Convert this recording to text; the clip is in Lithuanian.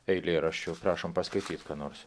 eilėraščių prašom paskaityt ką nors